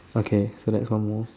okay so that's one more